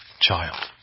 child